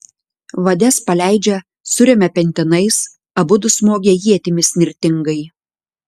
vades paleidžia suremia pentinais abudu smogia ietimis nirtingai